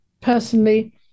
personally